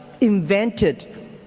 invented